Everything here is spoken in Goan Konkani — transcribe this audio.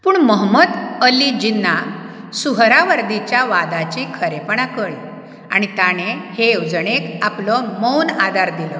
पूण मोहमद अली जिन्ना सुहरावर्दीच्या वादाची खरेपणा कळी आनी ताणें हे येवजणेक आपलो मौन आदार दिलो